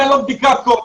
אם אין לו בדיקת קורונה.